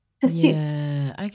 persist